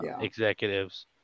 executives